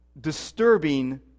disturbing